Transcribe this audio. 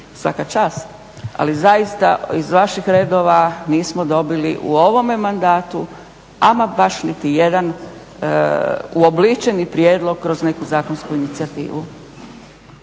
svaka čast, ali zaista iz vaših redova nismo dobili u ovome mandatu ama baš niti jedan uobličeni prijedlog kroz neku zakonsku inicijativu.